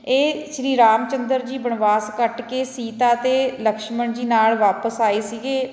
ਇਹ ਸ਼੍ਰੀ ਰਾਮ ਚੰਦਰ ਜੀ ਬਣਵਾਸ ਕੱਟ ਕੇ ਸੀਤਾ ਅਤੇ ਲਕਛਮਣ ਜੀ ਨਾਲ ਵਾਪਸ ਆਏ ਸੀਗੇ